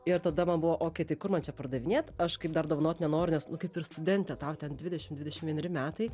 ir tada man buvo okei tai kur man čia pardavinėt aš kaip dar dovanot nenoriu nes kaip ir studentė tau ten dvidešim dvidešim vieneri metai